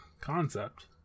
concept